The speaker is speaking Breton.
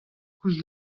koulz